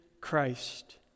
Christ